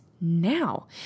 now